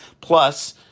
Plus